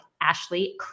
Ashley